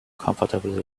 comfortable